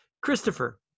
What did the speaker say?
Christopher